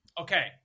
Okay